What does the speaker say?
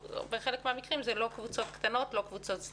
שבחלק מן המקרים זה לא קבוצות קטנות או זניחות.